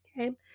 Okay